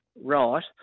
right